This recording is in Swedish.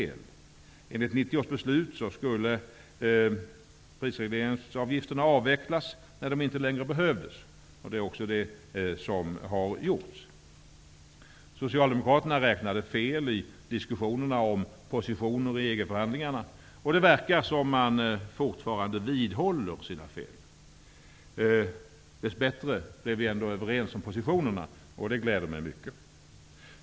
Enligt 1990 års beslut skulle prisregleringsavgifterna avvecklas när de inte längre behövdes. Det är också det som har skett. Socialdemokraterna räknade fel i diskussionerna om positioner i EG-förhandlingarna, och det verkar som om man fortfarande vidhåller sina fel. Dess bättre kom vi ändå överens om positionerna, och det glädjer mig mycket.